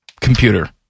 computer